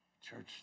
Church